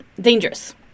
dangerous